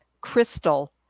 crystal